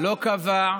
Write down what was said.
לא קבע,